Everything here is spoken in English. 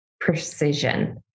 precision